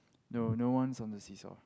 no no one's on the see-saw